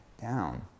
down